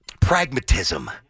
pragmatism